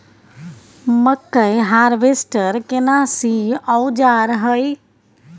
मकई हारवेस्टर केना सी औजार हय?